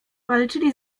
walczyli